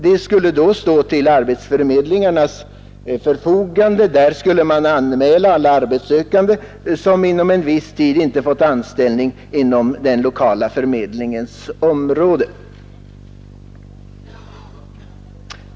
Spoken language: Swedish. Denna skulle då stå till arbetsförmedlingarnas förfogande, och man skulle dit anmäla alla arbetssökande som inom en viss tid inte fått anställning inom den lokala förmedlingens område.